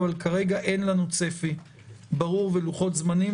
אבל כרגע אין לנו צפי ברור ולוחות זמנים,